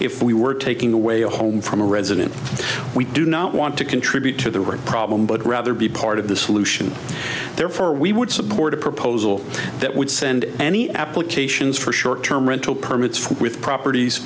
if we were taking away a home from a resident we do not want to contribute to the right problem but rather be part of the solution therefore we would support a proposal that would send any applications for short term rental permits with properties